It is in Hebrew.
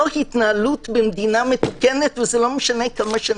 לא התנהלות במדינה מתוקנת, ולא משנה כמה שנים.